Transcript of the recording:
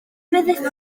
fyddet